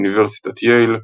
אוניברסיטת ייל,